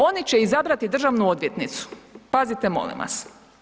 Oni će izabrati državnu odvjetnicu, pazite molim vas.